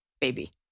baby